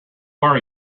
are